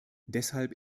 deshalb